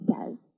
says